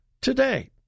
today